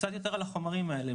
קצת יותר על החומרים האלה,